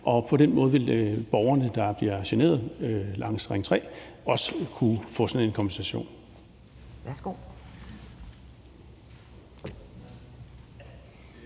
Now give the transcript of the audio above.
og på den måde vil de borgere, der bliver generet langs Ring 3, også kunne få sådan en kompensation.